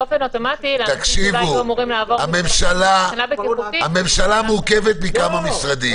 --- תקשיבו, הממשלה מורכבת מכמה משרדים.